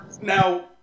now